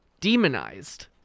demonized